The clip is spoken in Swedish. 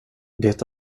det